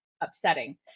upsetting